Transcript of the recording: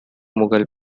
mughal